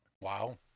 Wow